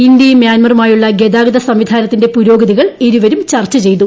ഇന്ത്യയും മ്യാൻമറുമായുള്ള ഗതാഗത സംവിധാനത്തിന്റെ പുരോഗതികൾ ഇരുവരും ചർച്ച ചെയ്തു